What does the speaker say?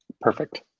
Perfect